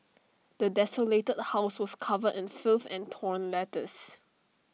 the desolated house was covered in filth and torn letters